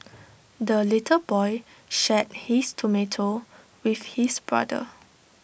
the little boy shared his tomato with his brother